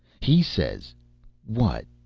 he says what!